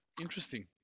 interesting